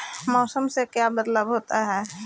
मौसम से का बदलाव होता है?